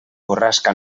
borrasca